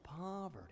poverty